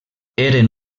eren